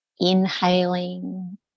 inhaling